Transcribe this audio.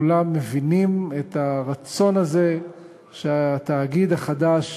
כולם מבינים את הרצון שהתאגיד החדש